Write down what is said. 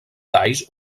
talls